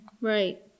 Right